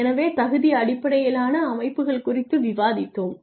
எனவே தகுதி அடிப்படையிலான அமைப்புகள் குறித்து விவாதித்தோம்